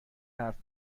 حرف